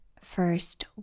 First